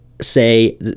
say